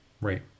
Right